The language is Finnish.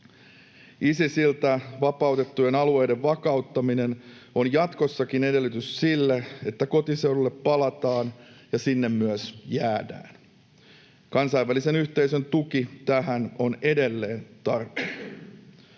Isisiltä vapautettujen alueiden vakauttaminen on jatkossakin edellytys sille, että kotiseudulle palataan ja sinne myös jäädään. Kansainvälisen yhteisön tuki tähän on edelleen tarpeen.